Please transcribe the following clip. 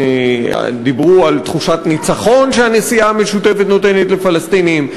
דיברו על תחושת ניצחון שהנסיעה המשותפת נותנת לפלסטינים,